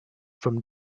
from